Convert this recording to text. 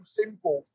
simple